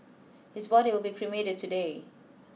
his body will be cremated today